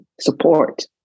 support